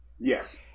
yes